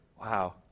Wow